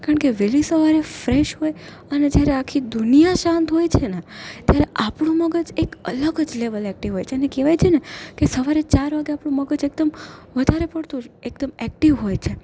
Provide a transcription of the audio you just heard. કારણ કે વહેલી સવારે ફ્રેશ હોય અને જ્યારે આખી દુનિયા શાંત હોય છે ને ત્યારે આપણું મગજ એક અલગ જ લેવલે એક્ટિવ હોય છે અને કહેવાય છે ને કે સવારે ચાર વાગે આપણું મગજ એકદમ વધારે પડતું જ એકદમ એક્ટિવ હોય છે